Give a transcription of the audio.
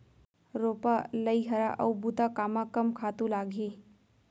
रोपा, लइहरा अऊ बुता कामा कम खातू लागही?